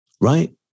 Right